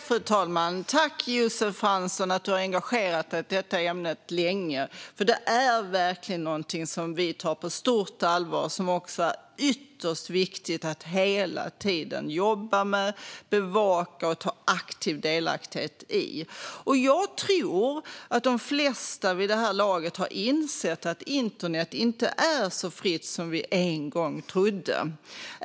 Fru talman! Tack, Josef Fransson, för att du länge har engagerat dig i detta ämne! Det är verkligen någonting som vi tar på stort allvar och som är ytterst viktigt att hela tiden jobba med, bevaka och ta aktiv del i. Jag tror att de flesta vid det här laget har insett att internet inte är så fritt som vi en gång trodde.